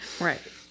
Right